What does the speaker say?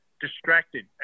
distracted